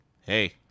Hey